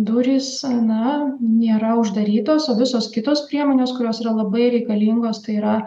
durys na nėra uždarytos o visos kitos priemonės kurios yra labai reikalingos tai yra